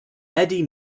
eddie